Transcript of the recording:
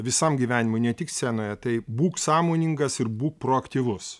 visam gyvenimui ne tik scenoje tai būk sąmoningas ir būk proaktyvus